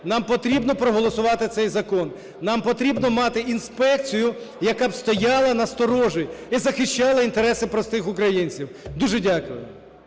Нам потрібно проголосувати цей закон. Нам потрібно мати інспекцію, яка б стояла на сторожі і захищала інтереси простих українців. Дуже дякую.